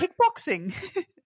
kickboxing